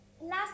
last